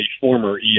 former